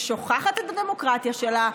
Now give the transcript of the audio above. ששוכחת את הדמוקרטיה שלה,